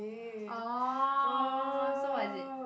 orh so what is it